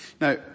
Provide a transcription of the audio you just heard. Now